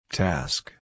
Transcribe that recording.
task